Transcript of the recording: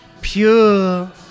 pure